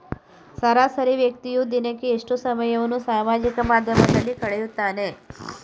ಸರಾಸರಿ ವ್ಯಕ್ತಿಯು ದಿನಕ್ಕೆ ಎಷ್ಟು ಸಮಯವನ್ನು ಸಾಮಾಜಿಕ ಮಾಧ್ಯಮದಲ್ಲಿ ಕಳೆಯುತ್ತಾನೆ?